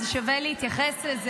כן, הוא מאוד חשוב.